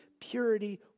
purity